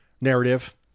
narrative